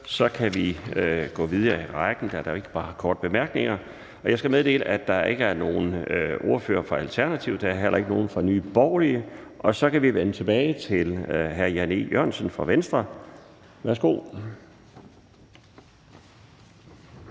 Så kan vi gå videre i rækken, da der ikke er korte bemærkninger. Jeg skal meddele, at der ikke er nogen ordfører fra Alternativet. Der er heller ikke nogen fra Nye Borgerlige. Og så kan vi vende tilbage til hr. Jan E. Jørgensen fra Venstre. Værsgo. Kl.